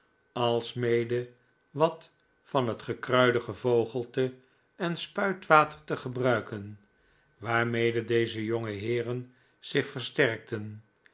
alsmede wat van het gekruide gevogelte en spuitwater te gebruiken waarmede deze jonge heeren zich versterkten